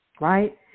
right